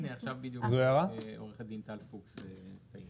הנה, עכשיו בדיוק עו"ד טל פוקס תעיר.